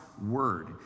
word